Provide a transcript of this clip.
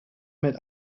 mit